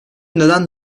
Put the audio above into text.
neden